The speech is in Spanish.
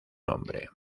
nombre